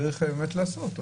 צריך באמת לעשות.